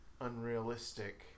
unrealistic